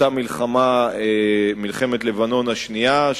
אותה מלחמת לבנון השנייה,